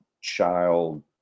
child